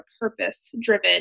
purpose-driven